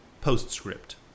POSTScript